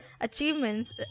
Achievements